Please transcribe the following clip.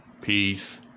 peace